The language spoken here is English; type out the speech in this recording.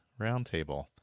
roundtable